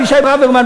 אבישי ברוורמן,